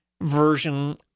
version